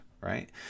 right